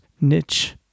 niche